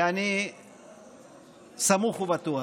ואני סמוך ובטוח